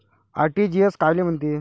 RTGS कायले म्हनते?